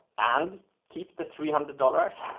and keep the three hundred dollars.